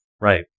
Right